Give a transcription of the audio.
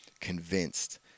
convinced